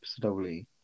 slowly